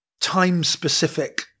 time-specific